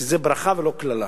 שזה ברכה ולא קללה.